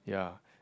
ya